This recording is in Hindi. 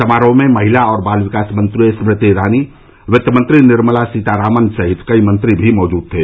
समारोह में महिला और बाल विकास मंत्री स्मृति ईरानी वित्तमंत्री निर्मला सीतारामन सहित कई मंत्री भी मौजूद थे